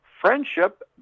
Friendship